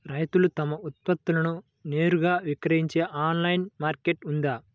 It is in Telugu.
రైతులు తమ ఉత్పత్తులను నేరుగా విక్రయించే ఆన్లైను మార్కెట్ ఉందా?